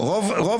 למשל, חוק